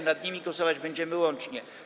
Nad nimi głosować będziemy łącznie.